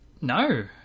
No